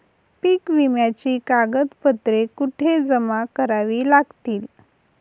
पीक विम्याची कागदपत्रे कुठे जमा करावी लागतील?